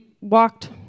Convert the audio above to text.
walked